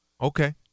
Okay